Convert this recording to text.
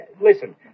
Listen